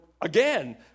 again